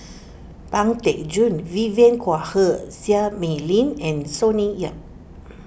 Pang Teck Joon Vivien Quahe Seah Mei Lin and Sonny Yap